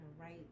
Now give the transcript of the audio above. right